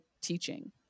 teaching